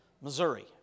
Missouri